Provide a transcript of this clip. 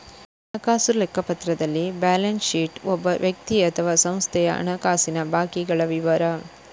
ಹಣಕಾಸು ಲೆಕ್ಕಪತ್ರದಲ್ಲಿ balance sheet ಒಬ್ಬ ವ್ಯಕ್ತಿ ಅಥವಾ ಸಂಸ್ಥೆಯ ಹಣಕಾಸಿನ ಬಾಕಿಗಳ ವಿವರ